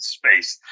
space